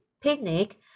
picnic